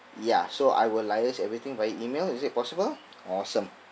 ya so I will liaise everything via email is it possible awesome